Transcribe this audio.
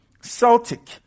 Celtic